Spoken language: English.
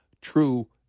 true